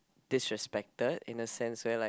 disrespected in a sense where like